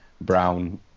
brown